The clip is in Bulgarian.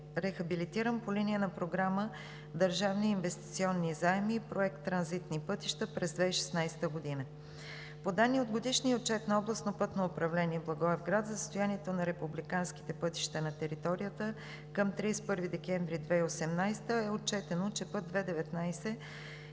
рехабилитиран по линия на Програма „Държавни инвестиционни заеми“ и Проект „Транзитни пътища“ през 2016 г. По данни от Годишния отчет на Областно пътно управление – Благоевград, за състоянието на републиканските пътища на територията към 31 декември 2018 г. е отчетено, че път II-19 е